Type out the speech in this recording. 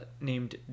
named